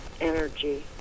energy